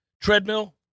treadmill